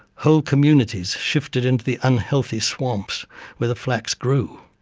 whole communities shifted into the unhealthy swamps where the flax grew.